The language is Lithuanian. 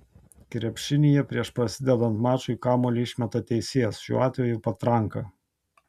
krepšinyje prieš prasidedant mačui kamuolį išmeta teisėjas šiuo atveju patranka